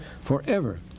forever